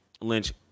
Lynch